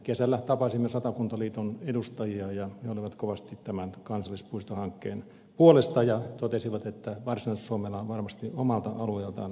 kesällä tapasimme satakuntaliiton edustajia ja he olivat kovasti tämän kansallispuistohankkeen puolesta ja totesivat että varsinais suomella on varmasti omalta alueeltaan erilainen käsitys